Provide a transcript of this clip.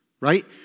right